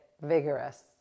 vigorous